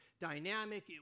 dynamic